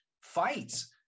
fights